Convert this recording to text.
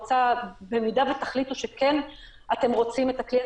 במידה ותחליטו שאתם כן רוצים את הכלי,